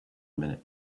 minute